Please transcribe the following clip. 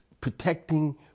protecting